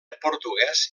portuguès